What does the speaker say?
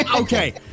okay